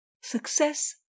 success